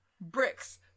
Bricks